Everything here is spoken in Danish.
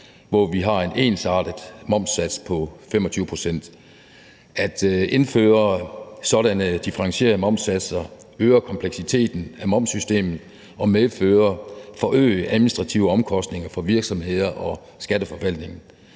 hvor vi har en ensartet momssats på 25 pct. At indføre sådanne differentierede momssatser øger kompleksiteten af momssystemet og medfører forøgede administrative omkostninger for virksomheder og skatteforvaltningen.